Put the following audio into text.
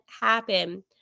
happen